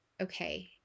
okay